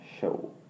Show